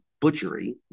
butchery